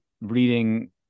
reading